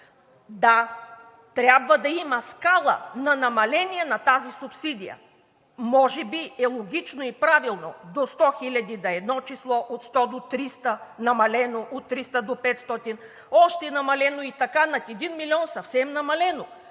Да, трябва да има скала за намаление на тази субсидия и може би е логично и правилно до 100 хиляди да е едно число, от 100 до 300 – намалено, от 300 до 500 – още намалено, и така над 1 милион да е съвсем намалено,